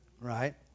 Right